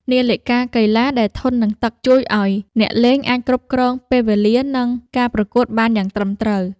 នាឡិកាកីឡាដែលធន់នឹងទឹក ជួយឱ្យអ្នកលេងអាចគ្រប់គ្រងពេលវេលានៃការប្រកួតបានយ៉ាងត្រឹមត្រូវ។